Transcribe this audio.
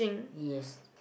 yes